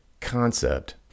concept